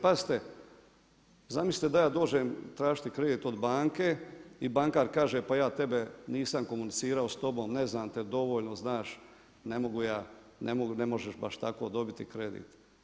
Pazite, zamislite da ja dođem tražiti kredit od banke i bankar kaže pa ja tebe nisam komunicirao s tobom, ne znam te dovoljno, znaš ne mogu ja, ne možeš baš tako dobiti kredit.